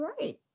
right